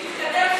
חוזר בי.